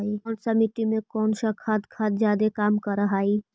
कौन सा मिट्टी मे कौन सा खाद खाद जादे काम कर हाइय?